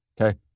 okay